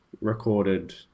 recorded